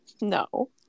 No